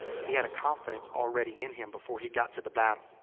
he had a confidence already in him before he got to the battle.